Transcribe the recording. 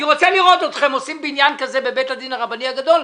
אני רוצה לראות אתכם עושים בניין כזה בבית הדין הרבני הגדול,